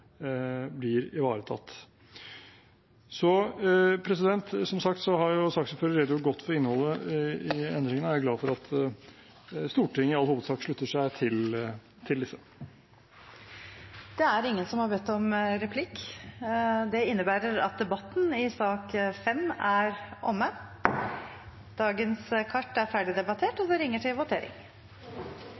blir ivaretatt. Som sagt har saksordføreren redegjort godt for innholdet i endringene, og jeg er glad for at Stortinget i all hovedsak slutter seg til disse. Flere har ikke bedt om ordet til sak nr. 5. Fra Senterpartiets stortingsgruppe foreligger søknad om at innkallingen av vararepresentanten Karianne Bøkestad Andreassen endres til å gjelde fra og med 6. april til